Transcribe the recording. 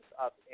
up